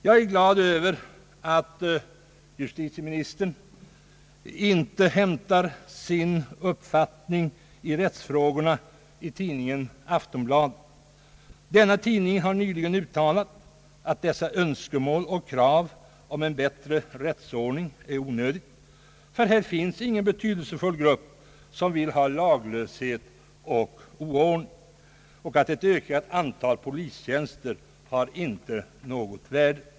Jag är glad över att justitieministern inte hämtar sin uppfattning i rättsfrågorna i tidningen Aftonbladet. Denna tidning har nyligen uttalat att önskemål och krav om bättre rättsordning är onödiga, ty här finns ingen betydelsefull grupp som vill ha laglöshet och oordning och att ett ökat antal polistjänster inte har något värde.